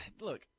Look